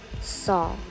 saw